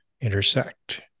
intersect